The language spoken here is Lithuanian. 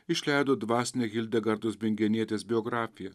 išleido dvasinę hildegardos bingenietės biografiją